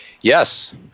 Yes